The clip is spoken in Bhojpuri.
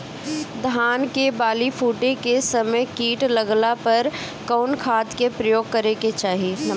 धान के बाली फूटे के समय कीट लागला पर कउन खाद क प्रयोग करे के चाही?